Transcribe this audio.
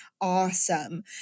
Awesome